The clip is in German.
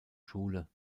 schule